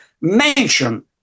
mention